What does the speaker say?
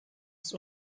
ist